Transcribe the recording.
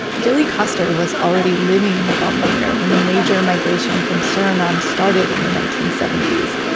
guilly koster was already living in the bijlmermeer when the major migration from suriname started in the nineteen seventy s.